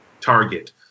target